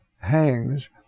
hangs